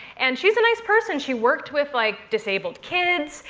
and she's a nice person. she worked with like disabled kids,